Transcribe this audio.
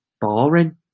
boring